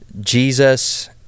Jesus